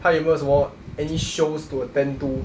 他有没有什么 any shows to attend to